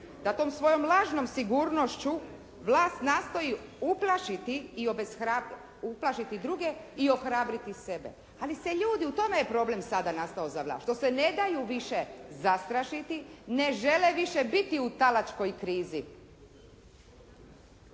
da tom svojom lažnom sigurnošću vlast nastoji uplašiti, uplašiti druge i ohrabriti sebe. Ali se ljudi, u tome je problem sada nastao za vlasat, što se ne daju više zastrašiti, ne žele više biti u talačkoj krizi.